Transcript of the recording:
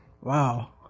Wow